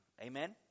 Amen